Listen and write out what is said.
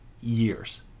years